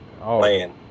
playing